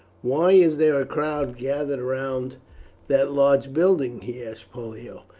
why is there a crowd gathered round that large building? he asked pollio.